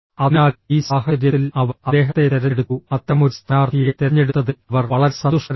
അതിനാൽ ഈ സാഹചര്യത്തിൽ അവർ അദ്ദേഹത്തെ തിരഞ്ഞെടുത്തു അത്തരമൊരു സ്ഥാനാർത്ഥിയെ തിരഞ്ഞെടുത്തതിൽ അവർ വളരെ സന്തുഷ്ടരാണ്